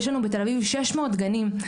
יש לנו בתל אביב כ-600 גנים,